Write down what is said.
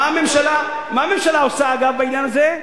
מה הממשלה עושה, אגב, בעניין הזה?